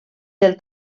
del